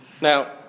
Now